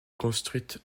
construite